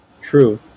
true